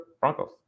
Broncos